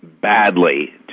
badly